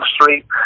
Street